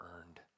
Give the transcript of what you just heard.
earned